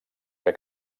que